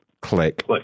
click